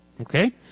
Okay